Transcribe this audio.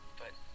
but-